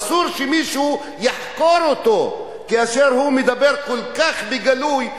אסור שמישהו יחקור אותו כאשר הוא מדבר כל כך בגלוי,